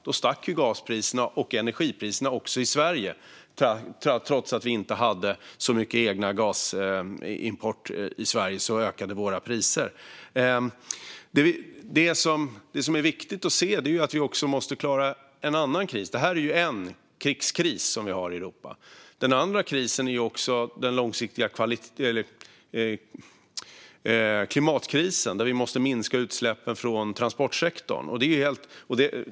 Då stack gaspriserna och energipriserna iväg också i Sverige. Trots att vi inte hade så mycket egen gasimport till Sverige ökade våra priser. Det som är viktigt att se är att vi också måste klara en annan kris. Det här är en kris, en krigskris, som vi har i Europa. Den andra krisen är den långsiktiga klimatkrisen, där vi måste minska utsläppen från transportsektorn.